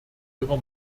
ihrer